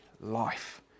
life